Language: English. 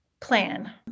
plan